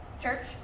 Church